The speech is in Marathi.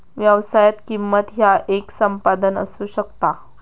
व्यवसायात, किंमत ह्या येक संपादन असू शकता